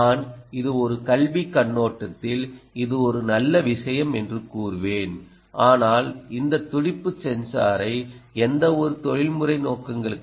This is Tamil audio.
நான் இது ஒரு கல்விக் கண்ணோட்டத்தில் இது ஒரு நல்ல விஷயம் என்றுகூறுவேன் ஆனால் இந்த துடிப்பு சென்சாரை எந்தவொரு தொழில்முறை நோக்கங்களுக்கும்